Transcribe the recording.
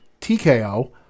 TKO